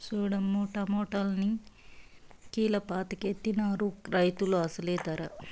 సూడమ్మో టమాటాలన్ని కీలపాకెత్తనారు రైతులు అసలు దరే